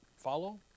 Follow